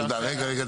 רגע.